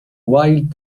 wild